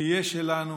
תהיה שלנו,